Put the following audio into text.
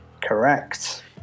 correct